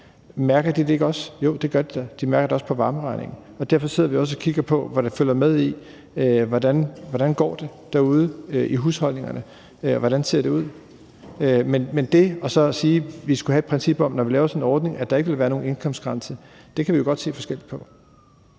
Mærker de det ikke også? Jo, det gør de da. De mærker det også på varmeregningen. Derfor sidder vi også og kigger på og følger med i, hvordan det går ude i husholdningerne, hvordan det ser ud, men det at sige, at vi skulle have et princip om, at når vi laver sådan en ordning, vil der ikke være nogen indkomstgrænse, kan vi jo godt se forskelligt på.